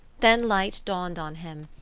then light dawned on him,